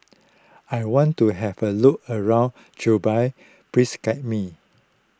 I want to have a look around Juba please guide me